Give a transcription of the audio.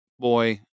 boy